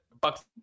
Buck's